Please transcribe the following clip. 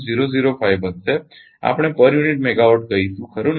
005 બનશે આપણે યુનિટ દીઠ મેગાવાટ કહીશું ખરુ ને